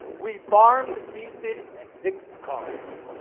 we farmed, feasted, and fixed cars.